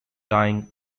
dyeing